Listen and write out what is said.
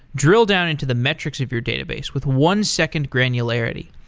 drill down into the metrics of your database with one second granularity.